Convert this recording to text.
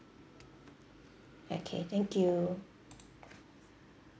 okay thank you